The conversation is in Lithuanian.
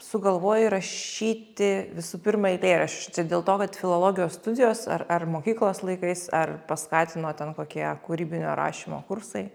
sugalvojai rašyti visų pirma eilėraščiu tai dėl to kad filologijos studijos ar ar mokyklos laikais ar paskatino ten kokie kūrybinio rašymo kursai